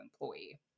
employee